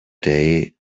day